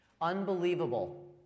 Unbelievable